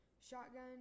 shotgun